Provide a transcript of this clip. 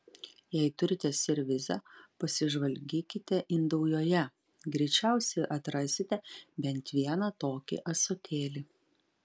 jei turite servizą pasižvalgykite indaujoje greičiausiai atrasite bent vieną tokį ąsotėlį